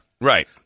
Right